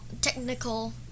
technical